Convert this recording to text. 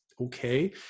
okay